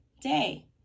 day